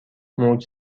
موج